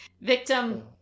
Victim